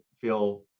feel